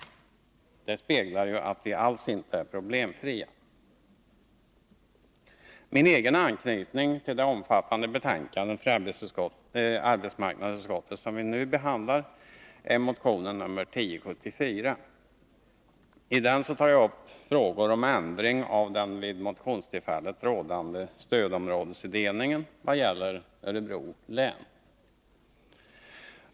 Det speglar vår situation och visar att vi alls inte är problemfria. Min egen anknytning till det omfattande betänkande från arbetsmarknadsutskottet som vi nu behandlar är motionen 1074. I den tar jag upp frågor om ändring av den vid motionstillfället rådande stödområdesindelningen vad gäller Örebro län.